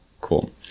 cool